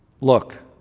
Look